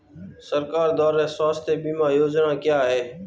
सरकार द्वारा स्वास्थ्य बीमा योजनाएं क्या हैं?